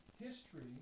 History